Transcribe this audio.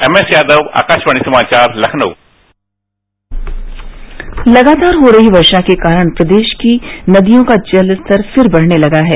MS Yadav Akashvani समाचार लखनऊ लगातार हो रही वर्षा के कारण प्रदेश की नदियों का जल स्तर फिर बढ़ने लगा है